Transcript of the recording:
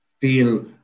feel